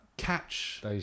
catch